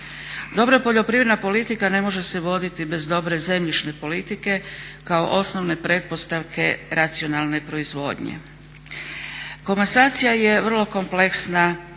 Dobra poljoprivredna politika ne može se voditi bez dobre zemljišne politike kao osnovne pretpostavke racionalne proizvodnje. Komasacija je vrlo kompleksna